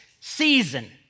season